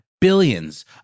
billions